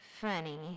funny